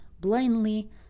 blindly